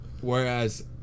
Whereas